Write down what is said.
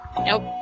Nope